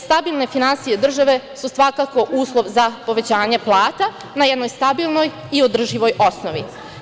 Stabilne finansije države su svakako uslov za povećanje plata, a na jednoj stabilnoj i održivoj osnovi.